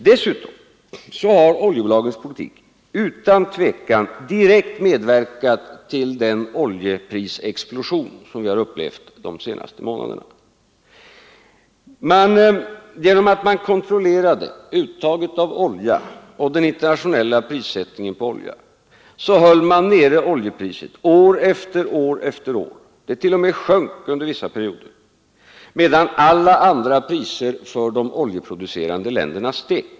Dessutom har oljebolagens politik utan tvekan direkt medverkat till den oljeprisexplosion, som vi har upplevt de senaste månaderna. Genom att oljebolagen kontrollerade uttaget av olja och den internationella prissättningen på olja hölls oljepriset nere år efter år — det t.o.m. sjönk under vissa perioder — medan alla andra priser för de oljeproducerande länderna steg.